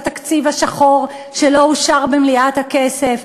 את התקציב השחור שלא אושר במליאת הכנסת,